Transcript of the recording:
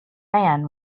man